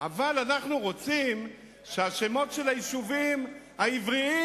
אבל אנחנו רוצים שהשמות של היישובים העבריים